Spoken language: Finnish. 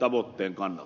arvoisa puhemies